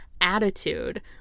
attitude